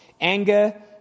Anger